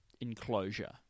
enclosure